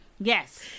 Yes